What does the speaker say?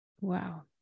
Wow